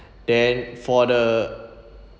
then for the